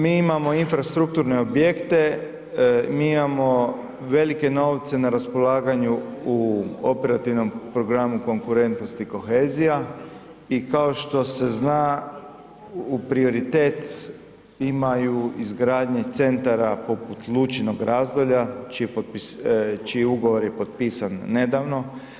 Mi imamo infrastrukturne objekte, mi imamo velike novce na raspolaganju u Operativnom programu Konkurentnost i kohezija i kao što se zna u prioritet imaju izgradnje centara poput Lučinog razdolja čiji ugovor je potpisan nedavno.